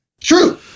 True